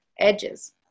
edges